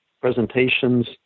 presentations